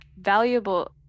valuable